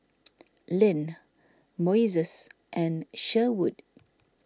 Lyn Moises and Sherwood